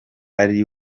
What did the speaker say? ari